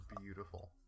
beautiful